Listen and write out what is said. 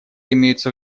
имеются